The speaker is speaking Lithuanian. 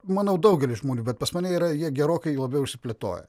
manau daugelis žmonių bet pas mane yra jie gerokai labiau išsiplėtoję